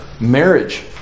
marriage